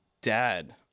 dad